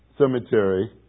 cemetery